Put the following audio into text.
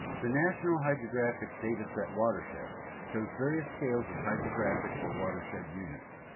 the national hydrographic dataset watersheds shows various scales of hydrographic, or watershed units.